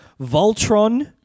Voltron